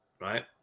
right